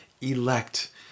elect